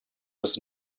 was